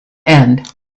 end